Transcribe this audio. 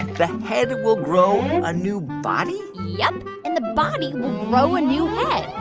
the head will grow a new body? yup. and the body will grow a new head,